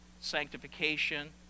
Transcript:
sanctification